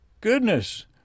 goodness